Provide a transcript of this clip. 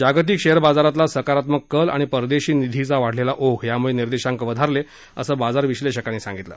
जागतिक शेअर बाजारातला सकारात्मक कल आणि परदेशी निधीचा वाढलेला ओघ याम्ळे निर्देशांक वधारले असं बाजार विश्लेषकांनी सांगितलं